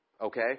Okay